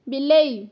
ବିଲେଇ